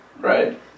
Right